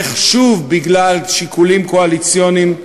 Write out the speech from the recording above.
איך שוב בגלל שיקולים קואליציוניים